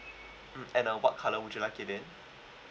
and uh what colour would you like it then